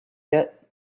yet